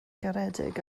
garedig